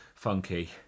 Funky